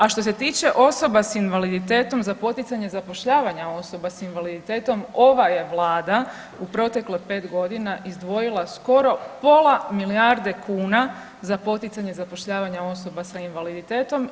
A što se tiče osoba sa invaliditetom za poticanje zapošljavanja osoba s invaliditetom ova je Vlada u proteklih 5 godina izdvojila skoro pola milijarde kuna za poticanje zapošljavanja osoba sa invaliditetom.